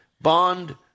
bond